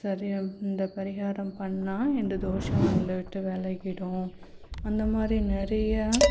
சரி ஆகும் இந்த பரிகாரம் பண்ணால் இந்த தோஷம் உங்களை விட்டு விலகிடும் அந்தமாதிரி நிறைய